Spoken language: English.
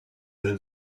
than